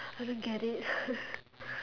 I don't get it